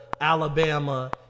Alabama